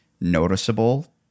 noticeable